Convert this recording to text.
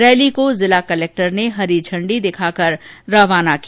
rally को जिला collector ने हरी झंडी दिखाकर रवाना किया